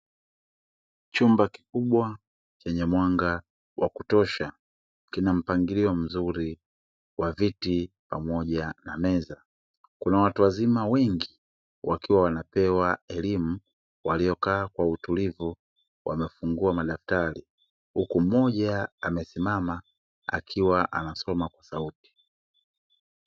Chumba kikubwa chenye mwanga wa kutosha kina mpangilio mzuri wa viti pamoja na meza. Kuna watu wazima wengi wakiwa wanapewa elimu, waliokaa kwa utulivu, wamefungua madaftari huku mmoja amesimama akiwa anasoma kwa sauti.